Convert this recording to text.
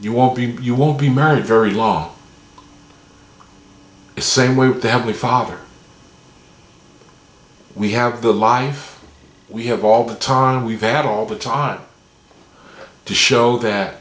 you won't be you won't be married very law is same way the heavenly father we have the life we have all the time we've had all the time to show that